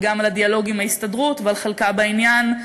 וגם על הדיאלוג עם ההסתדרות ועל חלקה בעניין.